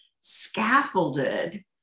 scaffolded